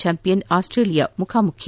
champion Australia ಮುಖಾಮುಖಿ